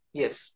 yes